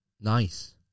nice